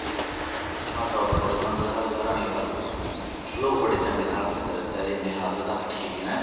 आटा ओटा बचे दा होंदा साढ़े घर आह्नियै पाई ओड़दे न लोक बडे़ चंगे न साढ़े पिंड़े दे बचारे इ'न्नी हद्द तक ठीक न